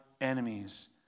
enemies